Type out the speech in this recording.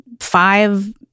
five